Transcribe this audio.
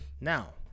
Now